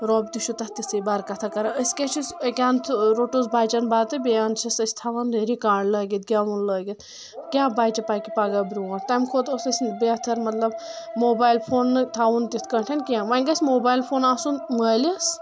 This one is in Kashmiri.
رۄب تہِ چھُ تتھ تژٕے برکتاہ کران أسۍ کیٛاہ چھِس أکۍ انٛدٕ روٚٹُس بچن بتہٕ بیٚیہِ انٛدٕ چھِس أسۍ تھاوان رکاڈ لٲگتھ گٮ۪وُن لٲگِتھ کیٛاہ بچہِ پکہِ پگہہ برٛونٛٹھ تمہِ کھۄتہٕ اوس اسہِ بہتر بطلب موبایل فون نہٕ تھاوُن تتھ کٲٹھۍ کینٛہہ وۄنۍ گژھِ موبایل فون آسُن مٲلِس